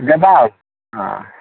ଦେବା ଆଉ ହଁ